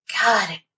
God